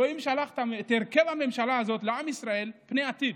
אלוהים שלח את הרכב הממשלה הזה לעם ישראל פני עתיד,